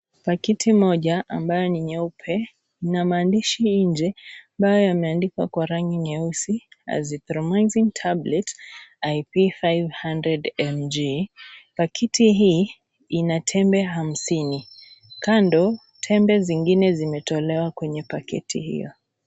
Pakiti moja ambayo ni nyeupe ina maandishi nje ambayo yameandikwa Kwa rangi nyeusi azytromycyne tablet Iv 500mg, pakiti hii ina tembe hamsini Kando tembe zingine zimetolewa kwenye pakiti hiyo.